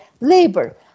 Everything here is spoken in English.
labor